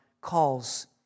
calls